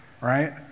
right